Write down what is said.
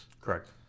Correct